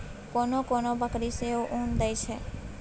कोनो कोनो बकरी सेहो उन दैत छै